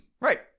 right